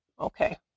Okay